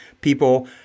people